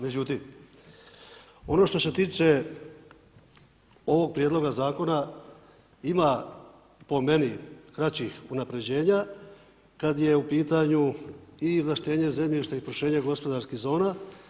Međutim, ono što se tiče ovog prijedloga zakona ima po meni kraćih unapređenja kad je u pitanju i izvlaštenje zemljišta i proširenje gospodarskih zona.